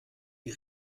die